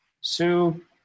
Sue